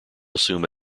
assume